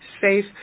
safe